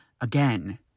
again